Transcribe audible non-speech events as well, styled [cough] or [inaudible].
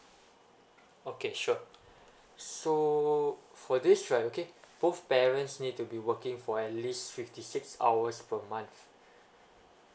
okay sure [breath] so for this right okay both parents need to be working for at least fifty six hours per month